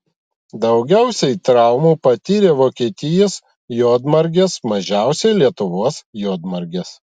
daugiausiai traumų patyrė vokietijos juodmargės mažiausiai lietuvos juodmargės